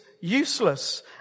useless